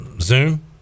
zoom